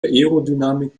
aerodynamik